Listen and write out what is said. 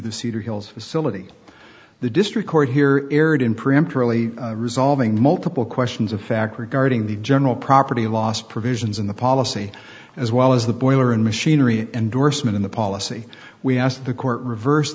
the cedar hills facility the district court here aired in preempt early resolving multiple questions of fact regarding the general property loss provisions in the policy as well as the boiler and machinery endorsement in the policy we asked the court to reverse